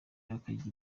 akagira